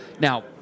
Now